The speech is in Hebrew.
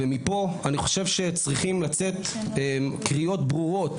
ופה אני חושב שצריכים לצאת קריאות ברורות